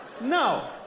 No